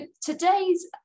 today's